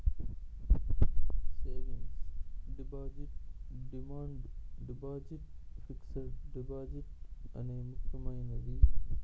savings deposit demand deposit fixed deposit అనే ముక్యమైనది